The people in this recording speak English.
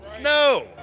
no